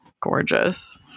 gorgeous